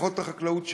לפחות את החקלאות שלו.